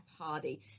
Hardy